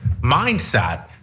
mindset